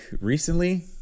recently